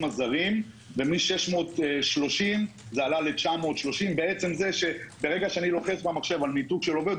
הזרים מ-630 ל-930 בעצם זה שברגע שאני לוחץ במחשב על ניתוק של עובד,